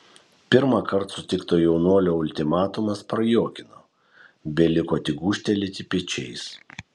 pirmąkart sutikto jaunuolio ultimatumas prajuokino beliko tik gūžtelėti pečiais